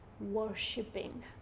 worshipping